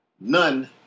none